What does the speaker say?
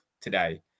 today